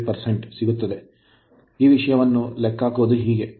8 ಆಗಿದೆ ಆದ್ದರಿಂದ ಈ ವಿಷಯವನ್ನು ಲೆಕ್ಕಹಾಕುವುದು ಹೀಗೆ